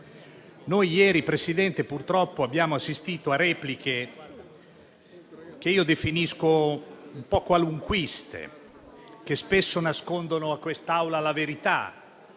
Noi ieri, Presidente, abbiamo assistito a repliche che io definisco un po' qualunquiste, che spesso nascondono a quest'Aula la verità,